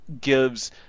gives